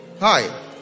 Hi